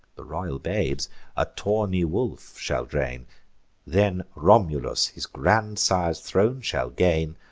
the royal babes a tawny wolf shall drain then romulus his grandsire's throne shall gain,